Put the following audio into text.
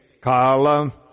Kala